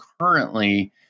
currently